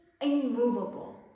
immovable